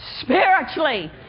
spiritually